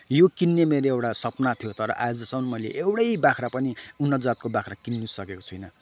यो किन्ने मेरो एउटा सपना थियो तर आजसम्म मैले एउटै बाख्रा पनि उन्नत जातको बाख्रा किन्नसकेको छैन